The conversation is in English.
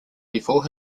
before